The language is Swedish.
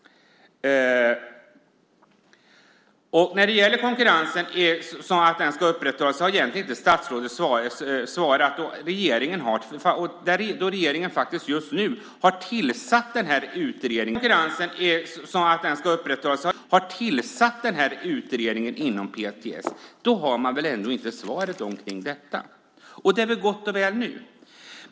När det gäller att upprätthålla konkurrensen har statsrådet egentligen inte svarat. Eftersom regeringen just nu har tillsatt en PTS-utredning har man väl ändå inte något svar om detta. Det är väl gott och väl nu.